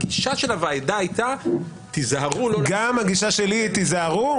הגישה של הוועדה הייתה: תזהרו לא להיכנס --- גם הגישה שלי היא תיזהרו.